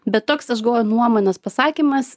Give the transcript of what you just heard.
bet toks tas aš galvoju nuomonės pasakymas